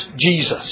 Jesus